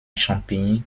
champigny